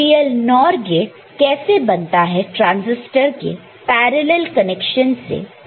RTL NOR gate कैसे बनता है ट्रांजिस्टर के पैरॅलल् कनेक्शन से